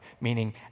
meaning